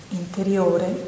interiore